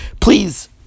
please